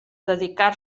dedicar